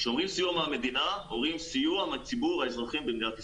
כשאומרים סיוע מהמדינה אומרים סיוע מציבור האזרחים במדינת ישראל.